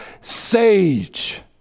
sage